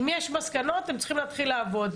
אם יש מסקנות הם צריכים להתחיל לעבוד.